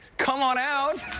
come on out!